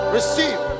Receive